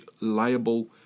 liable